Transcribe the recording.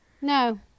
No